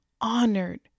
honored